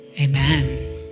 amen